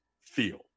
feel